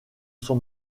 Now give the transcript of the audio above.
son